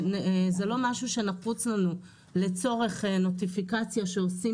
זה לא משהו שנחוץ לנו לצורך נוטיפיקציה שעושים